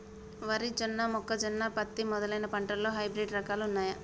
వరి జొన్న మొక్కజొన్న పత్తి మొదలైన పంటలలో హైబ్రిడ్ రకాలు ఉన్నయా?